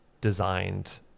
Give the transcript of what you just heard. designed